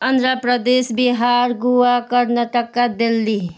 Andhra Pradesh Bihar Goa Karnataka Delhi